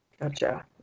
Gotcha